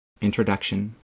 Introduction